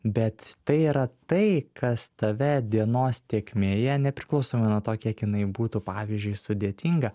bet tai yra tai kas tave dienos tėkmėje nepriklausomai nuo to kiek jinai būtų pavyzdžiui sudėtinga